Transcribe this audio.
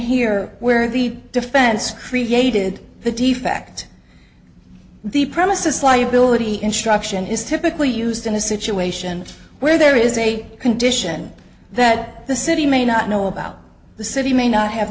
here where the defense created the defect the premises liability instruction is typically used in a situation where there is a condition that the city may not know about the city may not have